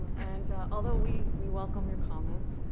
and although we we welcome your comments.